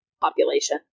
population